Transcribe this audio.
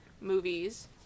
movies